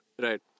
Right